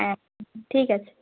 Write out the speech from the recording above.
হ্যাঁ ঠিক আছে